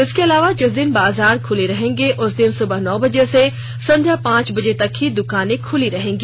इसके अलावा जिस दिन बाजार खुला रहेगा उस दिन सुबह नौ बजे से संध्या पांच बजे तक ही दुकानें खुली रहेंगी